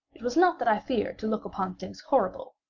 it was not that i feared to look upon things horrible,